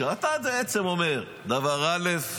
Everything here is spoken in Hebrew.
כשאתה בעצם אומר דבר א',